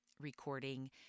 recording